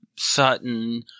Sutton